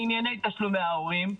לענייני תשלומי ההורים,